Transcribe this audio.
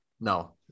No